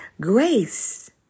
grace